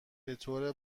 بطور